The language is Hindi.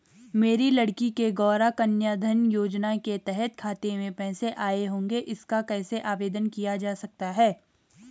मेरी लड़की के गौंरा कन्याधन योजना के तहत खाते में पैसे आए होंगे इसका कैसे आवेदन किया जा सकता है?